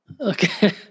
Okay